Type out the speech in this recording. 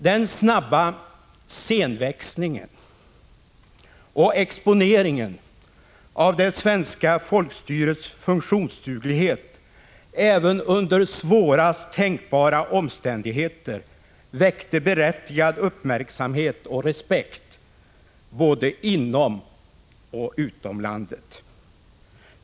Den snabba scenväxlingen och exponeringen av det svenska folkstyrets funktionsduglighet även under svåraste tänkbara omständigheter väckte berättigad uppmärksamhet och respekt både inom och utom landet.